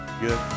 good